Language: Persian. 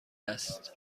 است